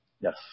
Yes